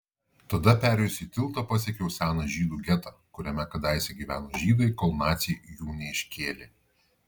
tada perėjusi tiltą pasiekiau seną žydų getą kuriame kadaise gyveno žydai kol naciai jų neiškėlė